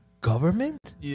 government